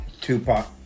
Tupac